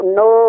no